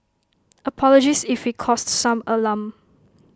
apologies if we caused some alarm